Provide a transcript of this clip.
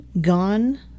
gone